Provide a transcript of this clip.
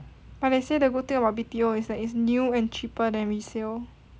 but they say the good thing about B_T_O is that is new and cheaper than resale